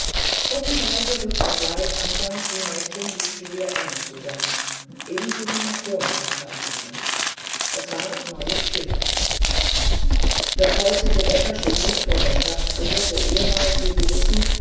gruppenweise rückten gleich anfangs die mädchen die stühle enger zusammen ebenso die matronen untereinander es war neue stille das heutige beckersche gut vor der stadt gehörte ehemals wie sie wissen